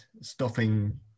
stopping